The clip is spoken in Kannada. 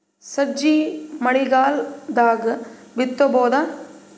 ಸಜ್ಜಿ ಮಳಿಗಾಲ್ ದಾಗ್ ಬಿತಬೋದ?